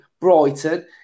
Brighton